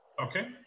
Okay